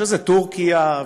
שזה טורקיה,